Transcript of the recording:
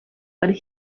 but